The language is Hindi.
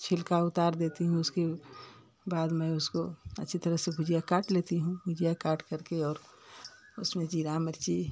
छिलका उतार देती हूँ उसकी बाद में उसको अच्छी तरह से भुजिया काट लेती हूँ भुजिया काट कर के और उसमें जीरा मिर्ची